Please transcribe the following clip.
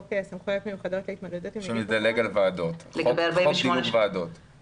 חוק סמכויות מיוחדות להתמודדות עם נגיף הקורונה.